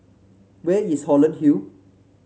where is Holland Hill